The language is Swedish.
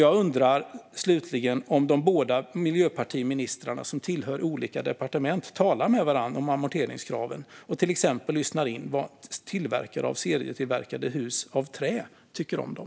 Jag undrar om de båda miljöpartiministrarna som tillhör olika departement talar med varandra om amorteringskraven och till exempel lyssnar in vad tillverkare av serietillverkade trähus tycker om dem.